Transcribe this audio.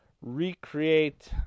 recreate